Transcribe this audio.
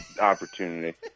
opportunity